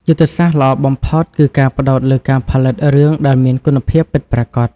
យុទ្ធសាស្ត្រល្អបំផុត គឺការផ្តោតលើការផលិតរឿងដែលមានគុណភាពពិតប្រាកដ។